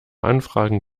anfragen